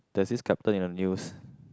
there is this captain in the news